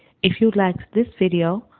if you liked this video,